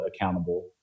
accountable